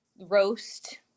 roast